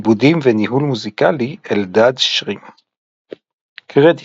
נבחר לבסוף ל"שיר השנה"